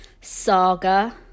saga